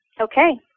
Okay